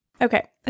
Okay